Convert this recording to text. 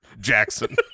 Jackson